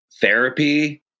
Therapy